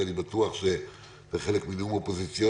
ואני בטוח שזה חלק מנאום אופוזיציוני.